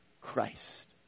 Christ